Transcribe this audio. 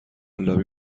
لابی